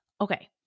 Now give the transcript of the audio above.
Okay